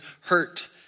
hurt